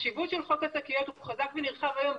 החשיבות של חוק השקיות הוא כל כך נרחב היום,